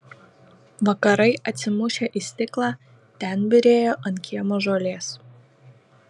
vakarai atsimušę į stiklą ten byrėjo ant kiemo žolės